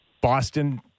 Boston